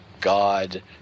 God